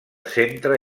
centre